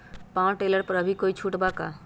Power tiller पर अभी कोई छुट बा का?